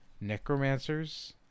Necromancers